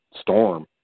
Storm